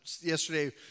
yesterday